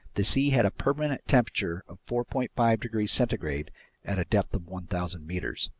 the sea had a permanent temperature of four point five degrees centigrade at a depth of one thousand meters.